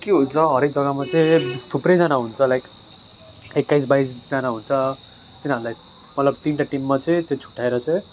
के हुन्छ हरेक जग्गामा चाहिँ थुप्रैजना हुन्छ लाइक एक्काइस बाइसजना हुन्छ तिनीहरूलाई मतलब तिनवटा टिममा चाहिँ त्यो छुट्याएर चाहिँ